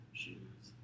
shoes